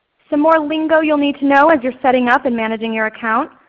some more lingo you'll need to know as you're setting up and managing your account,